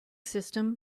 system